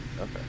Okay